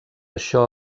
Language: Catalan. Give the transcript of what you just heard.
això